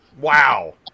Wow